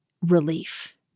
relief